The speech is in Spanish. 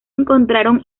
encontraron